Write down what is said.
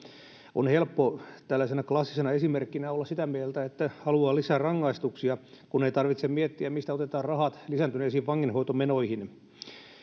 on helppo tällaisena klassisena esimerkkinä olla sitä mieltä että haluaa lisää rangaistuksia kun ei tarvitse miettiä mistä otetaan rahat lisääntyneisiin vanginhoitomenoihin